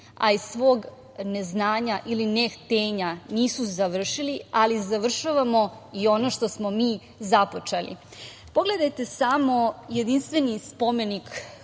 a iz svog neznanja ili nehtenja nisu završili, ali završavamo i ono što smo mi započeli. Pogledajte samo jedinstveni spomenik